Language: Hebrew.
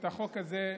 את החוק הזה,